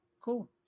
cool